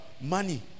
money